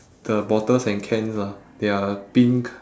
the bottles and cans ah there are pink